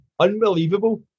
Unbelievable